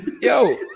Yo